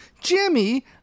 Jimmy